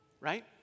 right